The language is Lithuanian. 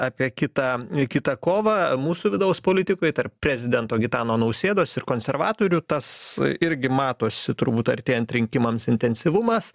apie kitą kitą kovą mūsų vidaus politikoj tarp prezidento gitano nausėdos ir konservatorių tas irgi matosi turbūt artėjant rinkimams intensyvumas